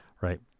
right